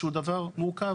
שהוא דבר מורכב.